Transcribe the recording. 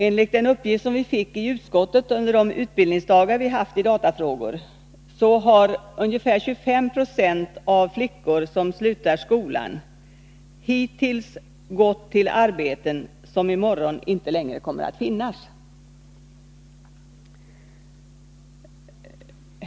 Enligt en uppgift som vi fick i utskottet under de utbildningsdagar i datafrågor vi haft har ungefär 25 96 av flickor som slutar skolan hittills gått till arbeten som i morgon inte längre kommer att finnas.